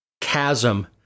chasm